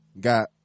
got